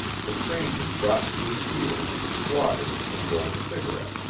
the stranger dropped to his heels, squatted, and rolled a cigarette.